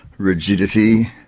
rigidity,